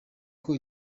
uko